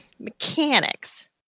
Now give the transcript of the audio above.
mechanics